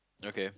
okay